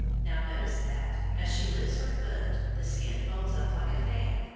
now notice that, as she lifts her foot, the skin folds up like a fan,